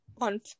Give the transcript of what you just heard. on